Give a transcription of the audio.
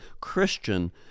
Christian